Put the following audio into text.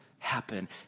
happen